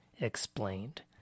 explained